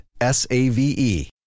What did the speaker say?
S-A-V-E